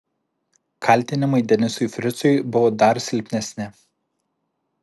kaltinimai denisui fricui buvo dar silpnesni